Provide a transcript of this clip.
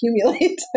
accumulate